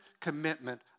commitment